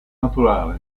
naturale